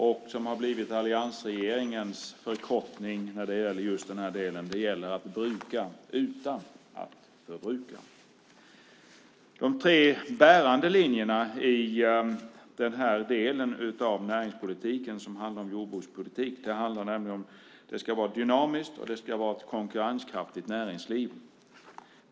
Det som har blivit alliansregeringens motto i detta är att det gäller att bruka utan att förbruka. De tre bärande linjerna i den del av näringspolitiken som är jordbrukspolitik är att det ska vara ett dynamiskt och konkurrenskraftigt näringsliv.